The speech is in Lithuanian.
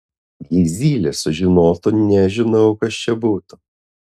jei zylė sužinotų nežinau kas čia būtų